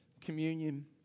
communion